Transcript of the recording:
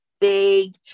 big